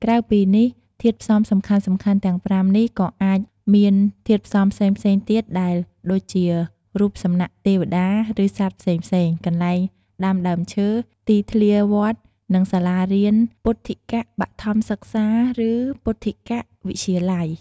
ក្រៅពីនេះ ធាតុផ្សំសំខាន់ៗទាំង៥នេះក៏អាចមានធាតុផ្សំផ្សេងៗទៀតដែលដូចជា រូបសំណាកទេវតា ឬសត្វផ្សេងៗ កន្លែងដាំដើមឈើ ទីធ្លាវត្ត និងសាលារៀនពុទ្ធិកបឋមសិក្សា ឬពុទ្ធិកវិទ្យាល័យ។